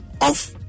off